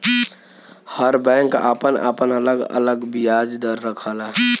हर bank आपन आपन अलग अलग बियाज दर रखला